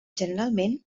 generalment